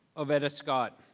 oveta scott.